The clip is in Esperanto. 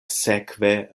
sekve